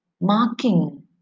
marking